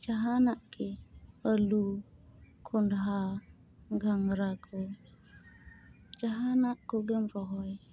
ᱡᱟᱦᱟᱱᱟᱜ ᱜᱮ ᱟᱹᱞᱩ ᱠᱚᱸᱰᱷᱟ ᱜᱷᱟᱸᱜᱽᱨᱟ ᱠᱚ ᱡᱟᱦᱟᱱᱟᱜ ᱠᱚᱜᱮᱢ ᱨᱚᱦᱚᱭ